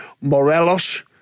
Morelos